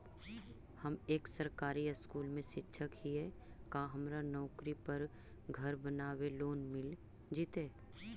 हम एक सरकारी स्कूल में शिक्षक हियै का हमरा नौकरी पर घर बनाबे लोन मिल जितै?